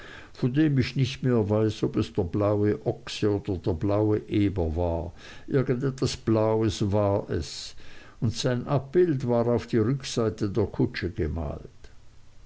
von dem ich nicht mehr weiß ob es der blaue ochse oder der blaue eber war irgendein blaues etwas war es und sein abbild war auf die rückseite der kutsche gemalt